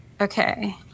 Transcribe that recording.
Okay